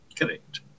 Correct